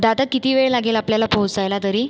दादा किती वेळ लागेल आपल्याला पोहोचायला तरी